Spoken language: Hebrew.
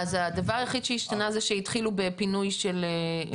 אז הדבר היחיד שהשתנה זה שהתחילו בפינוי של תושבים.